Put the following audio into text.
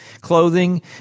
clothing